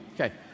Okay